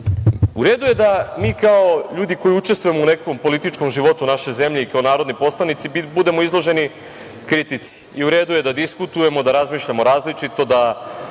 U redu je da mi kao ljudi koji učestvujemo u nekom političkom životu naše zemlje i kao narodni poslanici budemo izloženi kritici i u redu je da diskutujemo, da razmišljamo različito, da